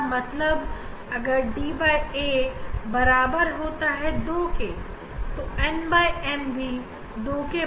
इसका मतलब अगरda बराबर होता है 2 के तब n बराबर तब m बराबर होता है da जोकि दो है और वह बराबर होता है nm के